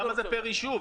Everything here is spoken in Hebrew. למה זה פר יישוב?